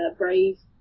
brave